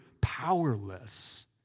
powerless